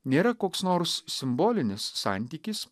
nėra koks nors simbolinis santykis